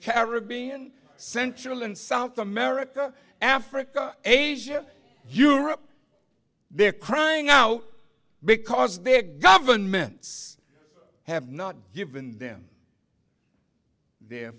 caribbean central and south america africa asia europe they're crying out because big governments have not given them their